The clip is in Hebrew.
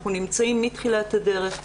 אנחנו נמצאים מתחילת הדרך,